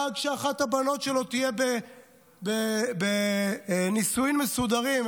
דאג שאחת הבנות שלו תהיה בנישואים מסודרים,